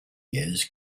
years